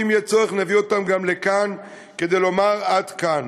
ואם יהיה צורך נביא אותם גם לכאן כדי לומר: עד כאן.